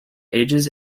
ages